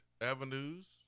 avenues